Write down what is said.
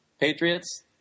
Patriots